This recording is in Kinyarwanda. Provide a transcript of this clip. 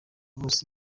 bose